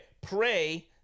pray